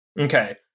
Okay